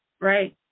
Right